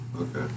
okay